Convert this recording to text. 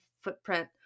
footprint